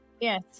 Yes